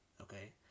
Okay